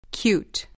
cute